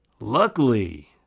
Luckily